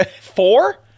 Four